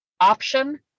option